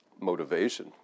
motivation